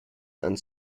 and